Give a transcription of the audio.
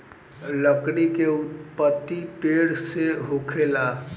लकड़ी के उत्पति पेड़ से होखेला